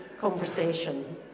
conversation